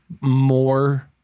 more